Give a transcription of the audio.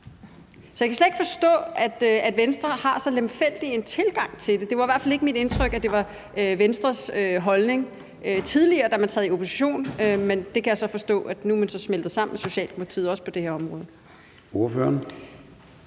Så jeg kan slet ikke forstå, at Venstre har så lemfældig en tilgang til det. Det var i hvert fald ikke mit indtryk, at det var Venstres holdning tidligere, da man sad i opposition, men jeg kan så forstå, at man nu er smeltet sammen med Socialdemokratiet på også det her område.